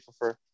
prefer